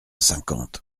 cinquante